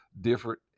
different